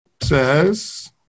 says